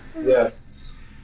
Yes